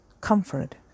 comfort